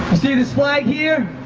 see this flag here.